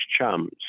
chums